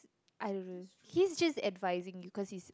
I he is just advising you cause he is